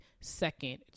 second